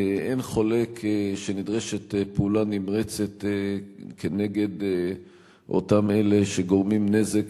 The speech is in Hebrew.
אין חולק שנדרשת פעולה נמרצת כנגד אותם אלה שגורמים נזק